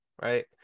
right